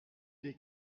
des